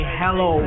hello